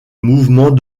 mouvement